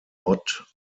not